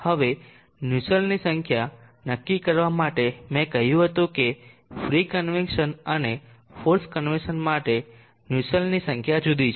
હવે નુસેલ્ટની સંખ્યા નક્કી કરવા માટે મેં કહ્યું હતું કે ફ્રી કન્વેક્સન અને ફોર્સ્ડ કન્વેક્સન માટે નુસેલ્ટની સંખ્યા જુદી છે